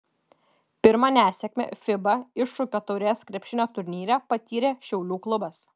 pirmą nesėkmę fiba iššūkio taurės krepšinio turnyre patyrė šiaulių klubas